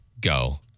go